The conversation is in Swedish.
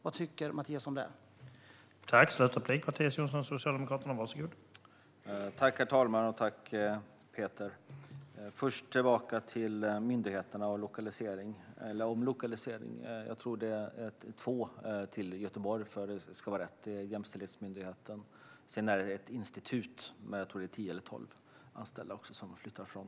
Vad tycker Mattias Jonsson om det?